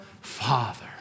Father